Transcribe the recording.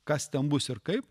kas ten bus ir kaip